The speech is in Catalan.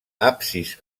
absis